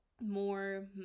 more